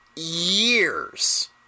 years